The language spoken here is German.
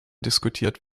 diskutiert